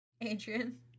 Adrian